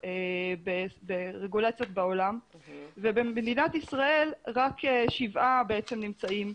ברגולציות בעולם ובמדינת ישראל רק שבעה נמצאים.